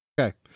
Okay